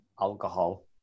alcohol